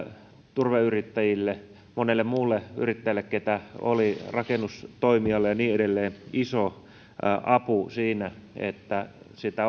turvayrittäjille monille muille yrittäjille keitä oli rakennustoimijoille ja niin edelleen iso apu siinä että sitä